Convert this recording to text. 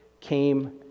came